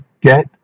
get